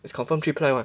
is confirm three ply one